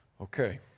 Okay